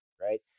right